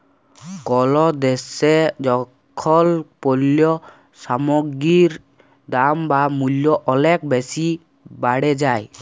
call দ্যাশে যখল পল্য সামগ্গির দাম বা মূল্য অলেক বেসি বাড়ে যায়